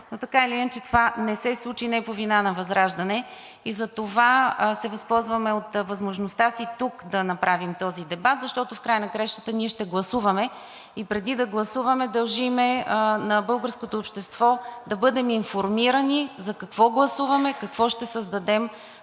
или иначе обаче това не се случи – и не по вина на ВЪЗРАЖДАНЕ, и затова се възползваме от възможността си тук да направим този дебат, защото в края на краищата ние ще гласуваме, и преди да гласуваме, дължим на българското общество да бъдем информирани за какво гласуваме, какво ще създадем